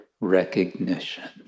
recognition